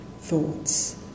thoughts